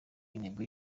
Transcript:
intego